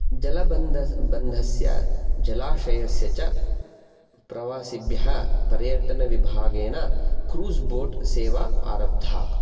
जलबन्धस्य जलाशयस्य च प्रवासिभ्यः पर्यटनविभागेन क्रूज़् बोट् सेवा आरब्धा